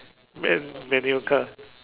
man~ manual car